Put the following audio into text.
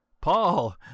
Paul